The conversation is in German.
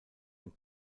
ein